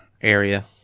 area